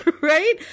right